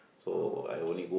oh okay